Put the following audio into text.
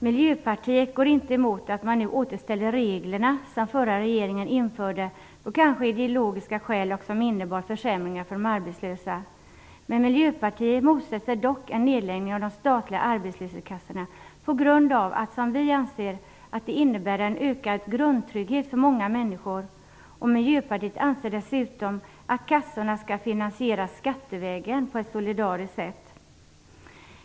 Miljöpartiet går inte emot att man nu återställer de regler som den förra regeringen införde, kanske av ideologiska skäl införde. De innebar försämringar för de arbetslösa. Miljöpartiet motsätter sig dock en nedläggning av de statliga arbetslöshetskassorna på grund av att vi anser att de innebär en ökad grundtrygghet för många människor. Miljöpartiet anser dessutom att kassorna skall finansieras skattevägen på ett solidariskt sätt.